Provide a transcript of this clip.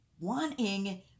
wanting